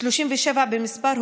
37 במספר,